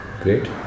great